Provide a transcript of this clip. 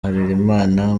harerimana